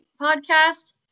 podcast